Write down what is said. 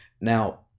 Now